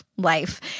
life